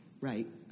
right